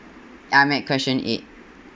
ah I'm at question eight